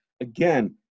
again